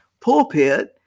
pulpit